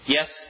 Yes